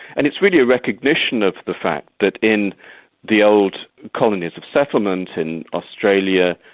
and it's really a recognition of the fact that in the old colonies of settlement in australia,